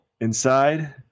inside